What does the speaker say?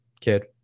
kid